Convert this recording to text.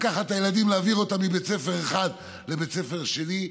לקחת את הילדים ולהעביר אותם מבית ספר אחד לבית ספר שני?